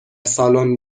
سالن